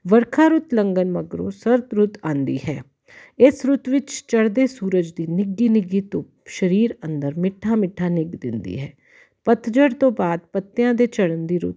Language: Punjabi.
ਵਰਖਾ ਰੁੱਤ ਲੰਘਣ ਮਗਰੋਂ ਸਰਦ ਰੁੱਤ ਆਉਂਦੀ ਹੈ ਇਸ ਰੁੱਤ ਵਿੱਚ ਚੜ੍ਹਦੇ ਸੂਰਜ ਦੀ ਨਿੱਘੀ ਨਿੱਘੀ ਧੁੱਪ ਸਰੀਰ ਅੰਦਰ ਮਿੱਠਾ ਮਿੱਠਾ ਨਿੱਘ ਦਿੰਦੀ ਹੈ ਪੱਤਝੜ ਤੋਂ ਬਾਅਦ ਪੱਤਿਆਂ ਦੇ ਝੜਨ ਦੀ ਰੁੱਤ